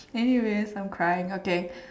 anyways I'm crying okay